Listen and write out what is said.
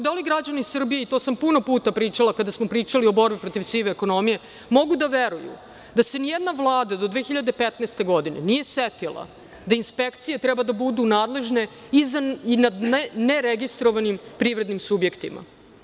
Da li građani Srbije, i to sam puno puta pričali kada smo pričali o borbi protiv sive ekonomije, mogu da veruju da se ni jedna vlada do 2015. godine nije setila da inspekcije treba da budu nadležne i za neregistrovane privredne subjekte?